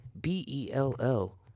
B-E-L-L